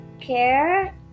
care